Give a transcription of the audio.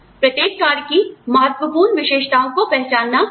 प्रत्येक कार्य की महत्वपूर्ण विशेषताओं को पहचानना यह उद्देश्य है